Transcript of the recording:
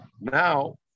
now